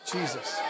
Jesus